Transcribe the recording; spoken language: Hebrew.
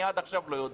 אני עד עכשיו לא יודע.